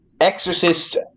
Exorcist